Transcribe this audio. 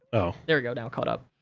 oh. there we go, now it caught up.